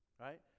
Right